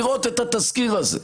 לראות את התזכיר הזה.